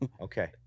Okay